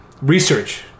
Research